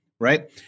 right